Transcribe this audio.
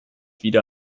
wieder